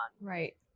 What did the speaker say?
Right